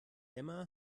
emma